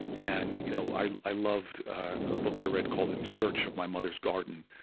and you know i i loved a book i read called in search of my mother's garden,